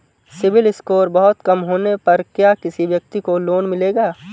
CIBIL score बहुत कम होने पर क्या किसी व्यक्ति को लोंन मिलेगा?